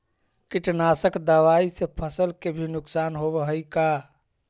कीटनाशक दबाइ से फसल के भी नुकसान होब हई का?